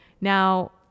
Now